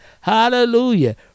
hallelujah